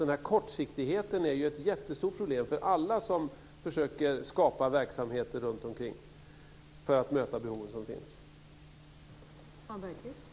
Den här kortsiktigheten är ju ett jättestort problem för alla som försöker skapa verksamheter för att möta behov som finns runtomkring.